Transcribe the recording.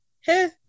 hey